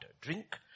Drink